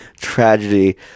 Tragedy